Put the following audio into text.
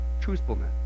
truthfulness